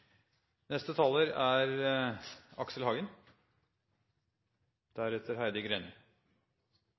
Neste taler er